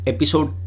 Episode